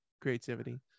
creativity